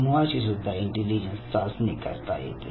समूहाची सुद्धा इंटेलिजन्स चाचणी करता येते